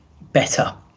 better